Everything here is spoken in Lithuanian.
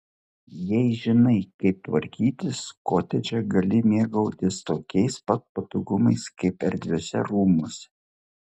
jei žinai kaip tvarkytis kotedže gali mėgautis tokiais pat patogumais kaip erdviuose rūmuose